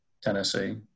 Tennessee